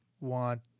want